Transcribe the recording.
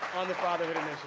on the fatherhood